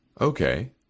Okay